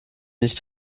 nicht